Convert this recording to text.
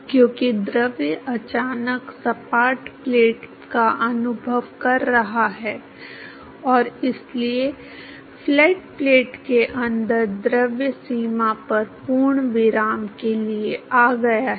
क्योंकि द्रव अचानक सपाट प्लेट का अनुभव कर रहा है और इसलिए फ्लैट प्लेट के अंदर द्रव सीमा पर पूर्ण विराम के लिए आ गया है